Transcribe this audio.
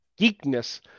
geekness